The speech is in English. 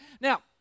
Now